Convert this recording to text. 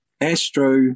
astro